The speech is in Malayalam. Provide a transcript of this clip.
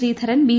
ശ്രീധരൻ ബി